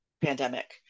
pandemic